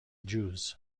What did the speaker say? jews